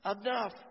enough